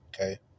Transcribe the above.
Okay